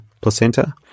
placenta